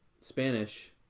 Spanish